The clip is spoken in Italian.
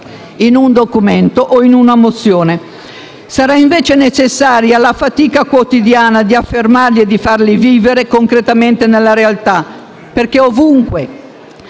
in un documento o in una mozione. Sarà invece necessaria la fatica quotidiana di affermare quei diritti e di farli vivere concretamente nella realtà perché ovunque,